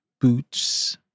boots